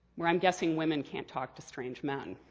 where i'm guessing women can't talk to strange men.